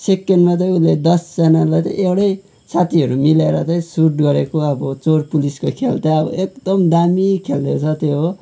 सेकेन्डमा चाहिँ उसले दसजनालाई एउटै साथीहरूले मिलेर चाहिँ सुट गरेको अब चोर पुलिसको खेल चाहिँ अब एककदम दामी खेलिदिएको छ त्यो हो